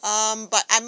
um but I'm